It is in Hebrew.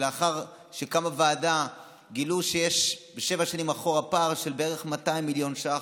לאחר שקמה ועדה גילו שיש שבע שנים אחורה פער של בערך 200 מיליון ש"ח,